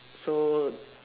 so